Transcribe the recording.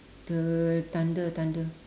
the thunder thunder